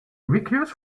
recluse